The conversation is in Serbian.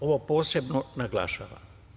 Ovo posebno naglašavam.